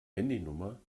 handynummer